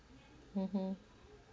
mmhmm